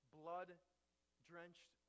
blood-drenched